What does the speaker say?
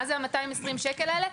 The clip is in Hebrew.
מה זה ה-220 שקלים האלה?